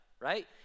right